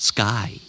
Sky